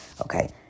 okay